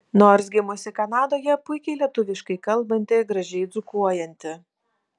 nors gimusi kanadoje puikiai lietuviškai kalbanti gražiai dzūkuojanti